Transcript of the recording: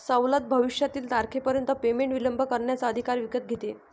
सवलत भविष्यातील तारखेपर्यंत पेमेंट विलंब करण्याचा अधिकार विकत घेते